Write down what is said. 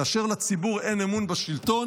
כאשר לציבור אין אמון בשלטון,